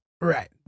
right